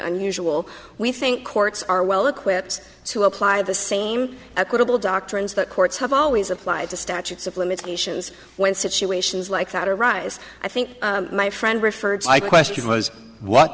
unusual we think courts are well equipped to apply the same equitable doctrines that courts have always applied to statutes of limitations when situations like that arise i think my friend referred i question was what